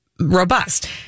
robust